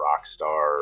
Rockstar